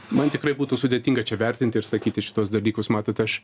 man tikrai būtų sudėtinga čia vertinti ir sakyti šituos dalykus matot aš